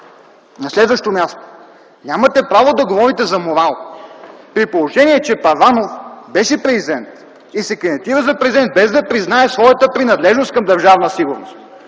На следващо място, нямате право да говорите за морал, при положение че Първанов беше президент и се кандидатира за президент, без да признае своята принадлежност към Държавна сигурност.